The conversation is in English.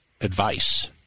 advice